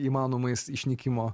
įmanomais išnykimo